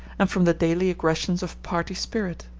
and from the daily aggressions of party spirit.